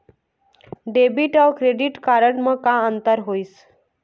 Debit अऊ credit card म का अंतर होइस?